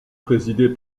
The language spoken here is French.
présidé